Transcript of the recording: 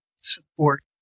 support